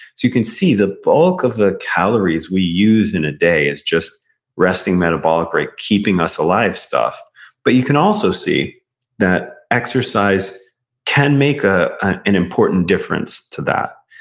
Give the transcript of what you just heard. you can see the bulk of the calories that we use in a day is just resting metabolic rate keeping us alive stuff but you can also see that exercise can make ah an important difference to that.